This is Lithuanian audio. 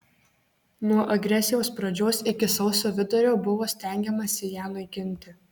nuo agresijos pradžios iki sausio vidurio buvo stengiamasi ją naikinti